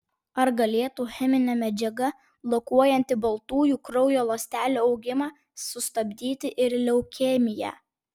ar galėtų cheminė medžiaga blokuojanti baltųjų kraujo ląstelių augimą sustabdyti ir leukemiją